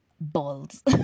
Balls